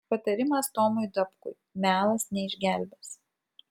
patarimas tomui dapkui melas neišgelbės